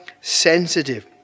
sensitive